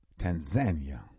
Tanzania